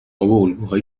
الگوهای